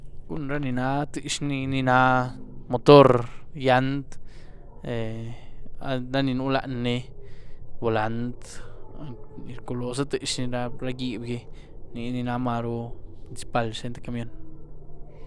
Cun ra ní náh tiezhní, ní náh mootor, gyíant´, raní nú lanyní, bolant´, ní rculooza tiezhní ní názá ra gyieb´gí, niní ná marú principal xten tïé camiony.